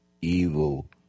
evil